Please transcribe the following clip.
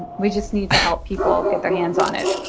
we just need to help people get their hands on it.